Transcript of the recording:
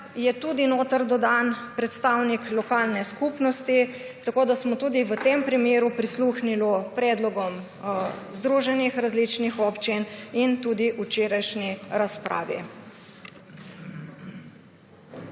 je tudi dodan predstavnik lokalne skupnosti. Tako smo tudi v tem primeru prisluhnili predlogom združenj različnih občin in tudi včerajšnji razpravi.